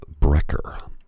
Brecker